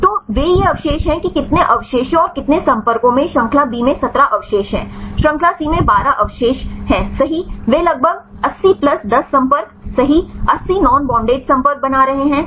तो वे ये अवशेष हैं कि कितने अवशेषों और कितने संपर्कों में श्रृंखला बी में 17 अवशेष हैं श्रृंखला सी में 12 अवशेष सही हैं वे लगभग 80 प्लस 10 संपर्क सही 80 नोन बॉंडेड संपर्क बना रहे हैं